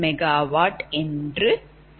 58MW என்று பெறலாம்